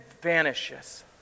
vanishes